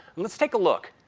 let's take a look.